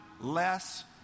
less